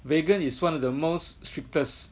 vegan is one of the most strictest